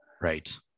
Right